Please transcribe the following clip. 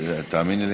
תודה.